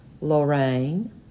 Lorraine